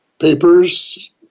papers